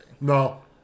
No